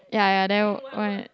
ya ya then what